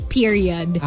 period